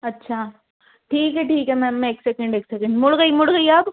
अच्छा ठीक है ठीक है मैम एक सेकेंड एक सेकेंड मुड़ गई मुड़ गई अब